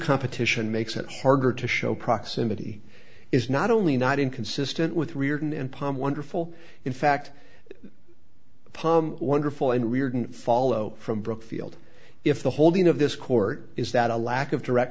competition makes it harder to show proximity is not only not inconsistent with riordan and palm wonderful in fact the palm wonderful and riordan follow from brookfield if the holding of this court is that a lack of direct